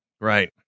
right